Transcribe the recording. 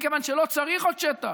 מכיוון שלא צריך עוד שטח.